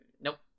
nope